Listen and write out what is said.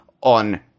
on